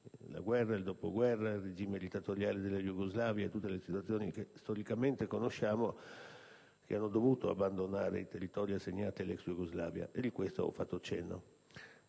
la guerra, il dopoguerra, il regime dittatoriale della Jugoslavia e tutte le situazioni che storicamente conosciamo), hanno dovuto abbandonare i territori assegnati alla ex Jugoslavia; e di questo ho fatto cenno;